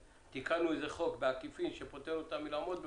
שתיקנו איזה חוק בעקיפין שפוטר אותם מלעמוד בחובה.